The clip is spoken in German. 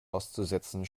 auszusetzen